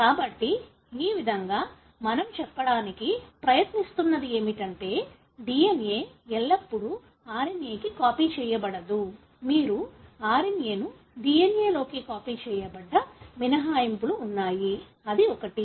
కాబట్టి ఈ విధంగా మనం చెప్పడానికి ప్రయత్నిస్తున్నది ఏమిటంటే DNA ఎల్లప్పుడూ RNA కి కాపీ చేయబడదు మీరు RNA ను DNA లోకి కాపీ చేయబడ్డ మినహాయింపులు ఉన్నాయి అది ఒకటి